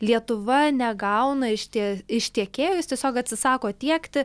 lietuva negauna iš tė iš tiekėjo jis tiesiog atsisako tiekti